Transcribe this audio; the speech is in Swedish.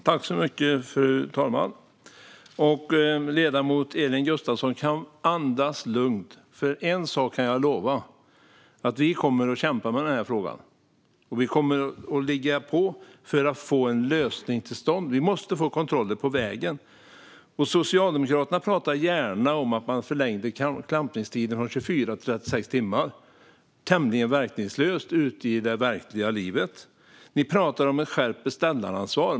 Fru talman! Ledamoten Elin Gustafsson kan andas lugnt. En sak kan jag lova: Vi kommer att kämpa med den här frågan. Och vi kommer att ligga på för att få till stånd en lösning. Vi måste få kontroll på vägarna. Socialdemokraterna talar gärna om att de förlängde klampningstiden från 24 till 36 timmar. Det var tämligen verkningslöst i verkligheten. De talar om skärpt beställaransvar.